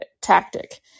tactic